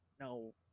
no